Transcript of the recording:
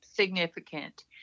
significant